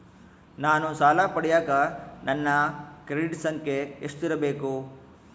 ನಾನು ಸಾಲ ಪಡಿಯಕ ನನ್ನ ಕ್ರೆಡಿಟ್ ಸಂಖ್ಯೆ ಎಷ್ಟಿರಬೇಕು?